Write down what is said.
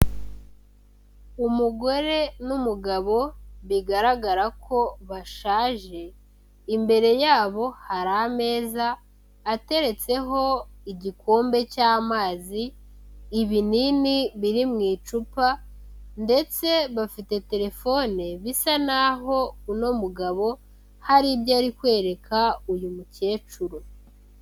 Umugore n'umugabo bigaragara ko bashaje, imbere yabo hari ameza ateretseho igikombe cy'amazi, ibinini biri mu icupa ndetse bafite telefone bisa naho uno mugabo hari ibyo ari kwereka uyu mukecuru.